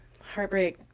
heartbreak